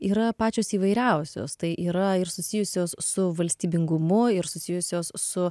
yra pačios įvairiausios tai yra ir susijusios su valstybingumu ir susijusios su